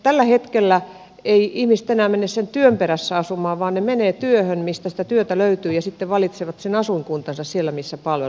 tällä hetkellä eivät ihmiset enää mene sen työn perässä asumaan vaan he menevät työhön sinne mistä sitä työtä löytyy ja sitten valitsevat sen asuinkuntansa sieltä missä palvelut pelaavat